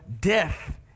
death